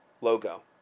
logo